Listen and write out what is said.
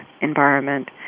environment